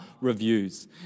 reviews